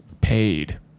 paid